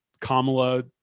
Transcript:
Kamala